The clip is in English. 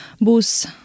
bus